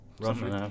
roughly